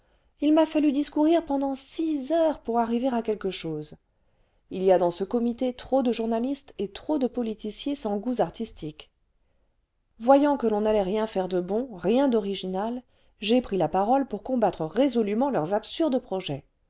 il m'a fallu discourir pendant six heures pour arriver à quelque chose il y a dans ce comité trop de journa listes et trop de politiciers sans goûts artistiques voyant que l'on n'allait faire rien de bon rien d'original j'ai pris la parole pour combattre résolument leurs absurdes projets